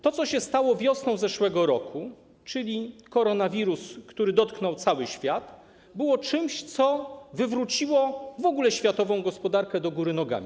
To, co się stało wiosną zeszłego roku, czyli pojawienie się koronawirusa, który dotknął cały świat, było czymś, co wywróciło w ogóle światową gospodarkę do góry nogami.